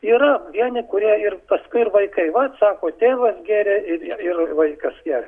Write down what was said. yra vieni kurie ir paskui ir vaikai vat sako tėvas gėrė ir ir vaikasgeria